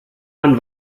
man